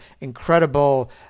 incredible